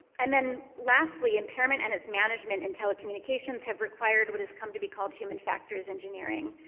and then lastly, impairment and its management in telecommunications have required what has come to be called human factors engineering,